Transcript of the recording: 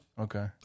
Okay